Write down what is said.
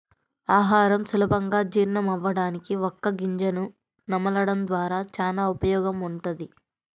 ఆహారం సులభంగా జీర్ణమవ్వడానికి వక్క గింజను నమలడం ద్వారా చానా ఉపయోగముంటది